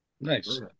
Nice